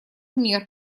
мер